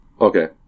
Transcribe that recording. okay